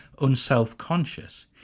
unself-conscious